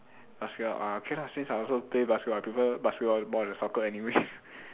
basketball uh okay lah since I also play basketball I prefer basketball more than soccer anyways